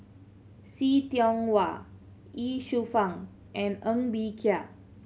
See Tiong Wah Ye Shufang and Ng Bee Kia